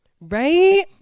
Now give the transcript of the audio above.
Right